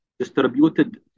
distributed